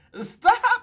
stop